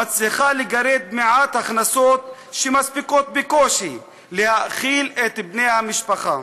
ומצליחה לגרד מעט הכנסות שמספיקות בקושי להאכיל את בני המשפחה.